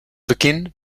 beginn